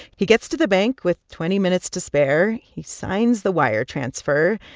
he gets to the bank with twenty minutes to spare. he signs the wire transfer.